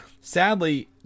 sadly